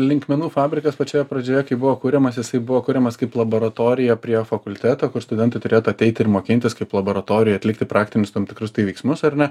linkmenų fabrikas pačioje pradžioje kai buvo kuriamas jisai buvo kuriamas kaip laboratorija prie fakulteto studentai turėtų ateiti ir mokintis kaip laboratorijoj atlikti praktinius tam tikrus veiksmus ar ne